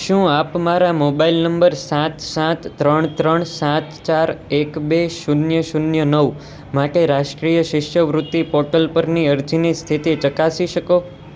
શું આપ મારા મોબાઈલ નંબર સાત સાત ત્રણ ત્રણ સાત ચાર એક બે શૂન્ય શૂન્ય નવ માટે રાષ્ટ્રીય શિષ્યવૃત્તિ પોર્ટલ પરની અરજીની સ્થિતિ ચકાસી શકો